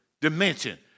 dimension